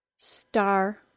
Star